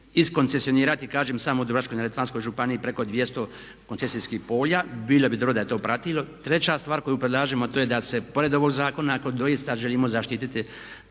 iskoncesionirati kažem samo u Dubrovačko-neretvanskoj županiji preko 200 koncesijskih polja. Bilo bi dobro da je to pratilo. Treća stvar koju predlažemo a to je da se pored ovog zakona ako doista želimo zaštititi